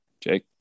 Jake